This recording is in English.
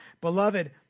Beloved